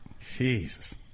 Jesus